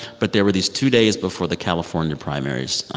but there were these two days before the california primaries,